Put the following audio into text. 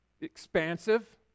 expansive